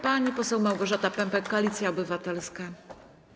Pani poseł Małgorzata Pępek, Koalicja Obywatelska.